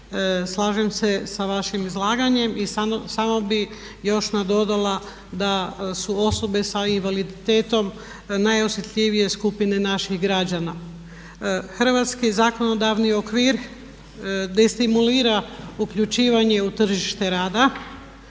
slažem se sa vašim izlaganjem i samo bih još nadodala da su osobe sa invaliditetom najosjetljivije skupine naših građana. Hrvatski zakonodavni okvir destimulira uključivanje u tržište rada,